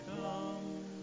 come